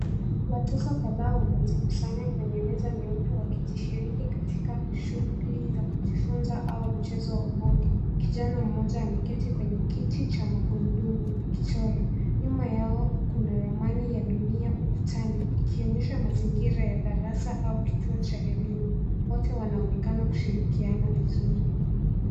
Watoto kadhaa wamejikusanya kwenye meza nyeupe wakijishiriki katika shughuli za kujifunza au mchezo wa bondi. Kijana mmoja ameketi kwenye kiti cha magurudumu akichora. Nyuma yao kuna ramani ya dunia ukutani ikionyesha mazingira ya darasa au kituo cha elimu. Wote wanaonekana kushirikiana vizuri.